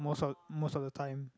most of most of the time